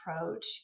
approach